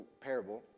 parable